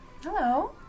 Hello